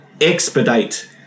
expedite